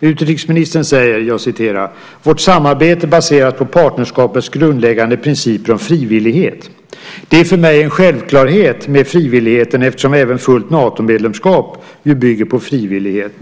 Utrikesministern säger: "Vårt samarbete baseras på partnerskapets grundläggande principer om frivillighet." Det är för mig en självklarhet med frivilligheten, eftersom även ett fullt Natomedlemskap ju bygger på frivillighet.